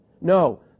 no